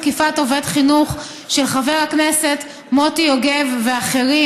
תקיפת עובד חינוך) של חבר הכנסת מוטי יוגב ואחרים